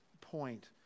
point